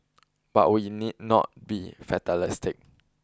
but we need not be fatalistic